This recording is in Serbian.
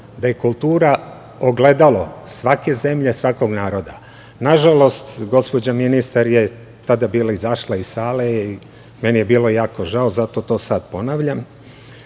da je kultura ogledalo svake zemlje, svakog naroda. Nažalost, gospođa ministar je tada bila izašla iz sale i meni je bilo jako žao, zato to sad ponavljam